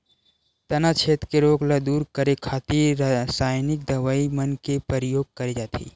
तनाछेद के रोग ल दूर करे खातिर रसाइनिक दवई मन के परियोग करे जाथे